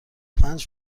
پنج